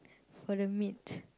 for the meat